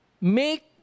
make